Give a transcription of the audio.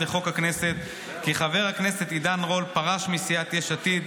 18 והוראת שעה) (דגל מדינת ישראל על מדי נבחרות ישראל),